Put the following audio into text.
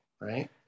Right